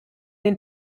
den